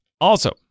Also-